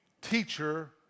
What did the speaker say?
teacher